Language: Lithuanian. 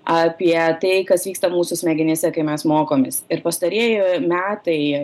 apie tai kas vyksta mūsų smegenyse kai mes mokomės ir pastarieji metai